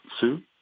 Sue